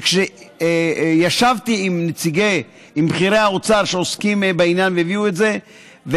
הוא שכשישבתי עם בכירי האוצר שעוסקים בעניין והביאו את זה,